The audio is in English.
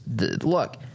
look